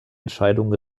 entscheidungen